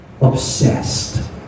obsessed